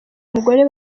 umugore